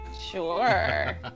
Sure